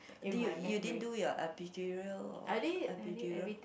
did you you didn't do your epidural epidural